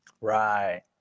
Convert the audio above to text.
Right